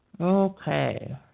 Okay